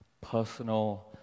personal